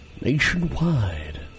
nationwide